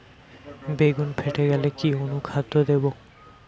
বেগুন ফেটে গেলে কি অনুখাদ্য দেবো?